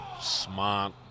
smart